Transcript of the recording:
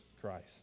Christ